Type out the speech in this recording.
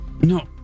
No